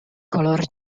color